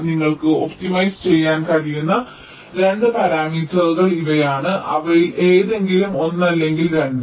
നിങ്ങൾക്ക് ഒപ്റ്റിമൈസ് ചെയ്യാൻ കഴിയുന്ന 2 പാരാമീറ്ററുകൾ ഇവയാണ് അവയിൽ ഏതെങ്കിലും ഒന്ന് അല്ലെങ്കിൽ രണ്ടും